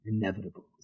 inevitable